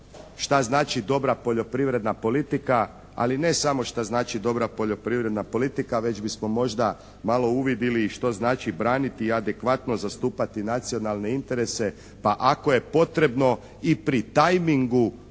šta znači dobra poljoprivredna politika, ali ne samo šta znači dobra poljoprivredna politika već bismo možda malo uvidili i što znači braniti i adekvatno zastupati nacionalne interese pa ako je potrebno i pri time ingu